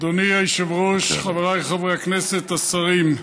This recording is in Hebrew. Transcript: אדוני היושב-ראש, חבריי חברי הכנסת, השרים,